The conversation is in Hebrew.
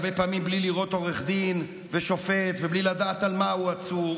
הרבה פעמים זה בלי לראות עורך דין או שופט ובלי לדעת על מה הוא עצור,